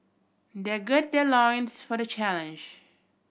their gird their loins for the challenge